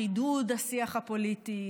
חידוד השיח הפוליטי,